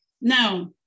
now